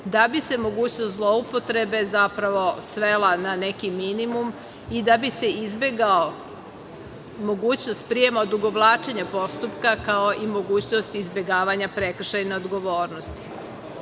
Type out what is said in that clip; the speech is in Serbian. da bi se mogućnost zloupotrebe zapravo svela na neki minimum i da bi se izbegla mogućnost prijema, odugovlačenja postupka kao i mogućnost izbegavanja prekršajne odgovornosti. Ono